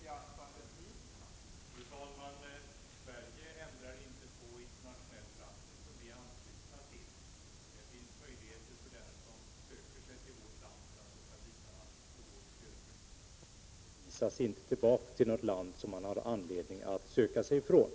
Fru talman! Sverige ändrar inte på internationell praxis som man är ansluten till. Det finns möjligheter för den som söker sig till vårt land att åka vidare och få vårt stöd. Vederbörande visas inte tillbaka till något land som han har anledning att söka sig från.